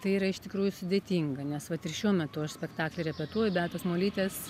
tai yra iš tikrųjų sudėtinga nes vat ir šiuo metu aš spektaklį repetuoju beatos molytės